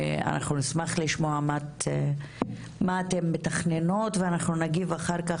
אנחנו נשמח לשמוע מה אתן מתכננות ואנחנו נגיב אחר כך.